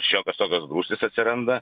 šiokios tokios grūstys atsiranda